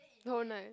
whole night